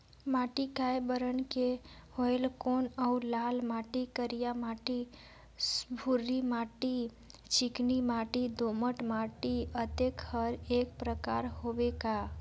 माटी कये बरन के होयल कौन अउ लाल माटी, करिया माटी, भुरभुरी माटी, चिकनी माटी, दोमट माटी, अतेक हर एकर प्रकार हवे का?